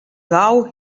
gau